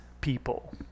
people